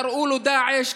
קראו לו דאעש,